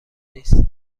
نیست